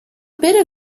bit